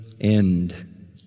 end